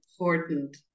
important